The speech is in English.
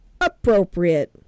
appropriate